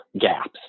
gaps